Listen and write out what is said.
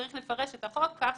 צריך לפרש את החוק ככה,